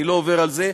אני לא עובר על זה.